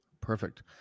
Perfect